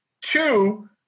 Two